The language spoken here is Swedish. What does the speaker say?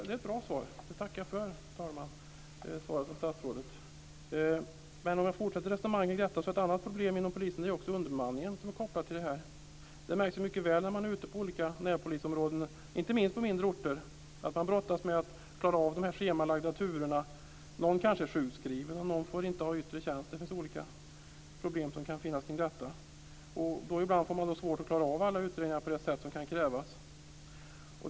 Herr talman! Det är ett bra svar från statsrådet. Det tackar jag för. För att fortsätta resonemanget är underbemanningen inom polisen ett annat problem som har koppling till detta. Det märks mycket väl när man är ute på olika närpolisområden, inte minst på mindre orter, att man där brottas med att klara av de schemlagda turerna. Någon kanske är sjukskriven, någon får inte ha yttre tjänst och det kan finnas olika problem kring detta. Ibland blir det svårt att klara av alla utredningar på det sätt som kan krävas.